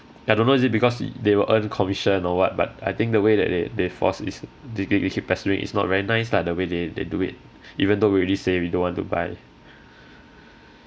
I don't know is it because y~ they will earn commission or what but I think the way that they they force is keep pestering is not very nice lah the way they they do it even though we already say we don't want to buy